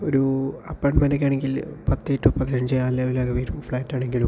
ഒരു അപ്പാർട്മെൻറ്റോക്കെയാണെങ്കിൽ പത്തു ടു പതിനഞ്ച് ആ ലെവലൊക്കെ വരും ഫ്ലാറ്റ് ആണെങ്കിലും